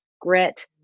grit